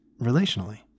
relationally